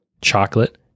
Chocolate